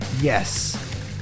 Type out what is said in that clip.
Yes